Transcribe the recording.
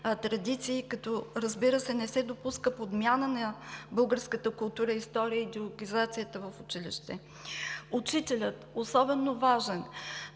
традиции като, разбира се, не се допуска подмяна на българската култура, история и идеологизация в училище. Учителят е особено важен.